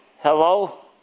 Hello